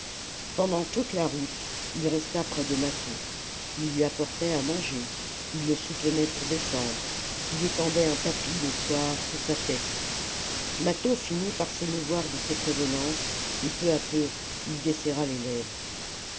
pendant toute la route il resta près de mâtho il lui apportait à manger il le soutenait pour descendre il étendait un tapis le soir sous sa tête mâtho finit par s'émouvoir de ces prévenances et peu à peu il desserra les lèvres